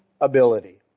ability